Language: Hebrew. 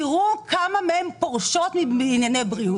תראו כמה מהן פורשות בגלל נושא בריאות.